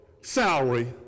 salary